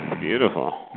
beautiful